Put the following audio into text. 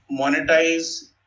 monetize